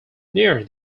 near